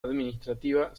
administrativa